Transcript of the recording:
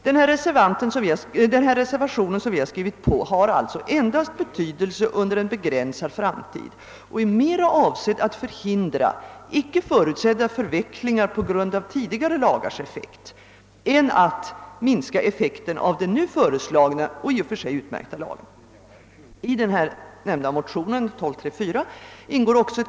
Den reservation som jag och mina medreservanter har avgivit har alltså endast betydelse under en begränsad framtid och är mera avsedd att förhindra icke förutsedda förvecklingar på grund av tidigare lagars effekt än att minska effekten av den nu föreslagna och i och för sig utmärkta lagen.